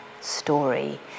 story